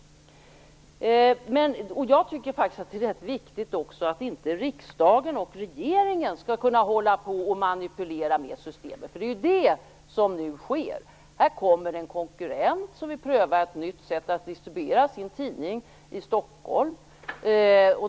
Men jag tycker att det är rätt viktigt att inte riksdagen och regeringen skall kunna hålla på att manipulera med systemet, för det är ju det som nu sker. Här kommer en konkurrent som vill pröva ett nytt sätt att distribuera sin tidning i Stockholm.